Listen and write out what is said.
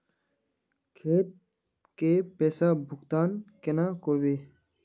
खेत के पैसा भुगतान केना करबे?